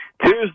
Tuesday